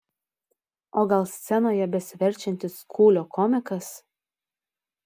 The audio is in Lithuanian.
o gal scenoje besiverčiantis kūlio komikas